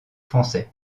français